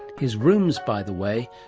his rooms by the way,